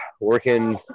working